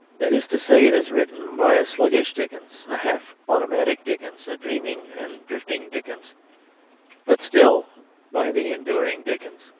that is to say, it is written by a sluggish dickens, a half automatic dickens, a dreaming and drifting dickens but still by the enduring dickens.